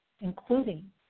including